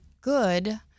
good-